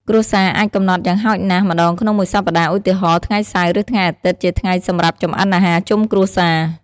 គ្រួសារអាចកំណត់យ៉ាងហោចណាស់ ម្ដងក្នុងមួយសប្ដាហ៍ ឧទាហរណ៍ ថ្ងៃសៅរ៍ ឬថ្ងៃអាទិត្យជាថ្ងៃសម្រាប់ចម្អិនអាហារជុំគ្រួសារ ។